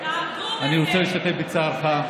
אני רוצה להשתתף בצערך.